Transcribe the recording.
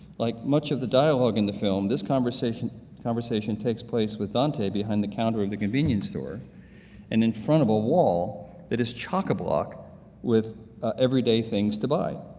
like much of the dialogue in the film, this conversation conversation takes place with dante behind the counter of the convenience store and in front of the wall that is chock-a-block with everyday things to buy,